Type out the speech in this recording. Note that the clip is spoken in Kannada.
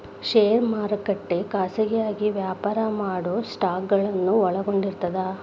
ಷೇರು ಮಾರುಕಟ್ಟೆ ಖಾಸಗಿಯಾಗಿ ವ್ಯಾಪಾರ ಮಾಡೊ ಸ್ಟಾಕ್ಗಳನ್ನ ಒಳಗೊಂಡಿರ್ತದ